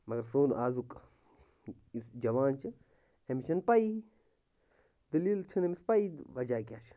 مگر سون ازُک یُس جوان چھِ أمِس چھَنہٕ پَیی دٔلیٖل چھَنہٕ أمِس پَیی وَجہ کیٛاہ چھُ